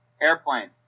Airplane